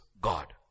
God